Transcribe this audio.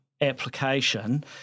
application